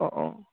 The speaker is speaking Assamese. অঁ অঁ